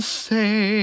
say